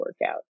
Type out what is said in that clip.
workout